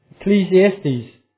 Ecclesiastes